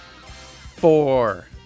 four